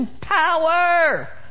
power